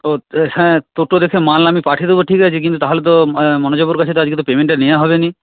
ও হ্যাঁ তোদেরকে মাল আমি পাঠিয়ে দেব ঠিক আছে কিন্তু তাহলে তো মনোজবাবুর কাছে তো আজকে তো পেমেন্টটা নেওয়া হবেনি